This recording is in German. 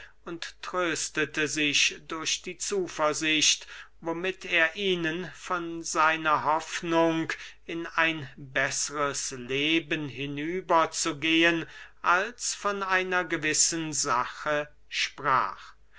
und tröstete sich durch die zuversicht womit er ihnen von seiner hoffnung in ein besseres leben hinüber zu gehen als von einer gewissen sache sprach